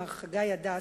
מר חגי הדס,